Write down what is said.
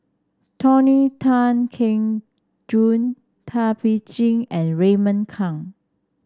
Tony Tan Keng Joo Thum Ping Tjin and Raymond Kang